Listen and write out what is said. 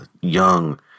young